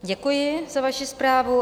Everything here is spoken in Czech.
Děkuji za vaši zprávu.